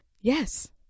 Yes